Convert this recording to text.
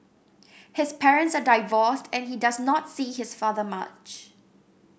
his parents are divorced and he does not see his father much